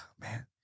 man